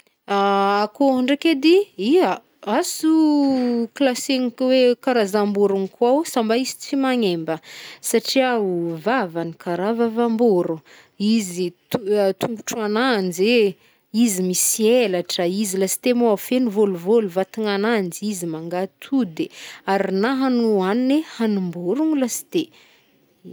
Akoho ndraiky edy, iha, azo klasegny ka hoe karazam-bôrôgna koôo, samba izy tsy magnimba satria o vavany karaha vavam-bôrôn. Izy e to- tongotro agnanjy e, izy misy elatra, izy lasite moô feno vôlovôlo vatagnagnanjy, izy mangatode, ary na hagniny hoagnigny hanimbôrognô lasite.